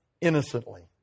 innocently